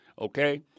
okay